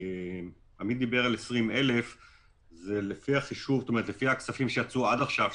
עמית דיבר על 20,000. לפי הכספים שיצאו עד עכשיו,